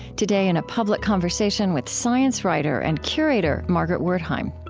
today, in a public conversation with science writer and curator margaret wertheim.